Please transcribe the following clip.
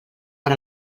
per